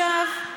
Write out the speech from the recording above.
ממש לא.